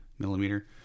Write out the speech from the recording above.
millimeter